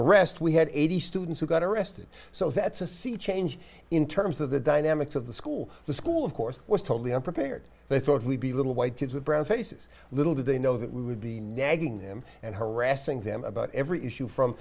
arrest we had eighty students who got arrested so that's a sea change in terms of the dynamics of the school the school of course was totally unprepared they thought we'd be little white kids with brown faces little did they know that we would be nagging them and harassing them about every issue from